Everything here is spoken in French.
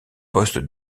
poste